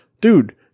dude